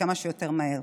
וכמה שיותר מהר.